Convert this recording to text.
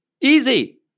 Easy